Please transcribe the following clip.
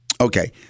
Okay